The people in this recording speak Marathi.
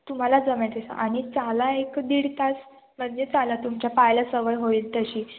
तुम्हाला जमेल तसं आणि चला एक दीड तास म्हणजे चाला तुमच्या पायाला सवय होईल तशी